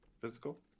physical